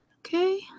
Okay